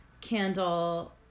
Candle